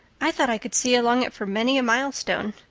i thought i could see along it for many a milestone.